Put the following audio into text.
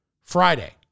Friday